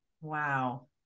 Wow